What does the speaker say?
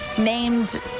named